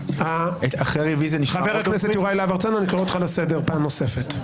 אותך לסדר פעם שלישית.